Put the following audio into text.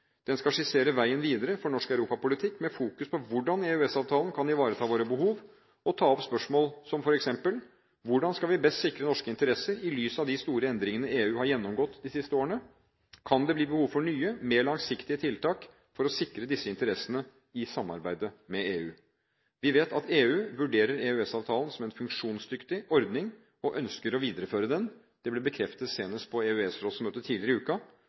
Den skal skissere veien videre for norsk europapolitikk, med fokus på hvordan EØS-avtalen kan ivareta våre behov, og ta opp spørsmål som f.eks.: Hvordan skal vi best sikre norske interesser i lys av de store endringene EU har gjennomgått de siste årene? Kan det bli behov for nye, mer langsiktige tiltak for å sikre disse interessene i samarbeidet med EU? Vi vet at EU vurderer EØS-avtalen som en funksjonsdyktig ordning og ønsker å videreføre den. Det ble bekreftet senest på EØS-rådsmøtet tidligere i